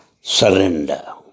surrender